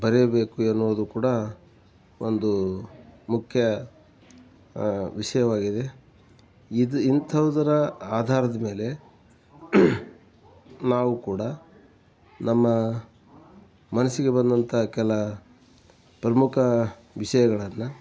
ಬರೆಯಬೇಕು ಎನ್ನುವುದು ಕೂಡ ಒಂದು ಮುಖ್ಯ ವಿಷಯವಾಗಿದೆ ಇದು ಇಂಥವುದರ ಆಧಾರದ ಮೇಲೆ ನಾವೂ ಕೂಡ ನಮ್ಮ ಮನಸ್ಸಿಗೆ ಬಂದಂಥ ಕೆಲ ಪ್ರಮುಖ ವಿಷಯಗಳನ್ನು